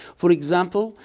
for example,